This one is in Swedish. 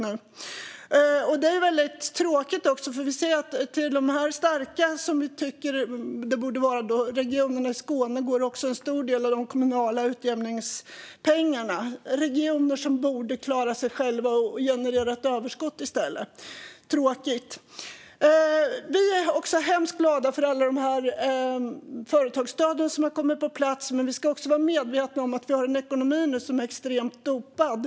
Det är även väldigt tråkigt att en stor del av de kommunala utjämningspengarna går till regioner i Skåne som vi tycker borde vara starka. Det är regioner som borde klara sig själva och i stället generera ett överskott. Tråkigt! Vi är hemskt glada för alla de företagsstöd som har kommit på plats, men man ska också vara medveten om att vi har en ekonomi som är extremt dopad.